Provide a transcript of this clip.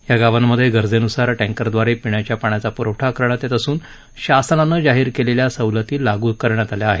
या गावांमध्ये गरजेनुसार टँकरद्वारे पिण्याच्या पाण्याचा पुरवठा करण्यात येत असून शासनानं जाहीर केलेल्या सवलती लागू करण्यात आल्या आहेत